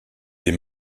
des